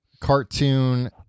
cartoon